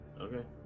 Okay